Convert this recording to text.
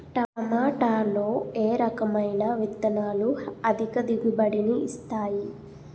టమాటాలో ఏ రకమైన విత్తనాలు అధిక దిగుబడిని ఇస్తాయి